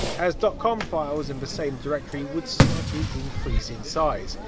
as but com files in the same directory would slightly increase in size,